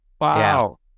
wow